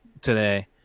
today